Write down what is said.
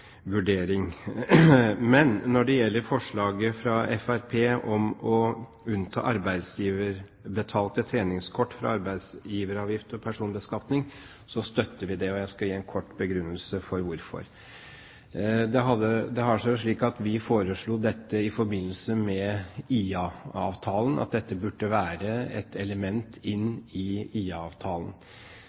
vurdering. Men når det gjelder forslaget fra Fremskrittspartiet og Kristelig Folkeparti om å unnta arbeidsgiverbetalte treningskort fra arbeidsgiveravgift og personbeskatning, støtter vi det, og jeg skal gi en kort begrunnelse for hvorfor. Det har seg slik at vi foreslo dette i forbindelse med IA-avtalen, at dette burde være et element i